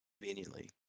conveniently